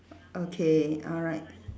okay alright